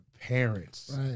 parents